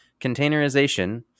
Containerization